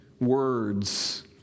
words